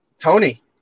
tony